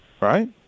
right